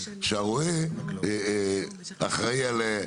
הרועה אחראי על,